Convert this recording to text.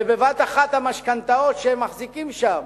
ובבת-אחת המשכנתאות שהם מחזיקים שם